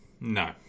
No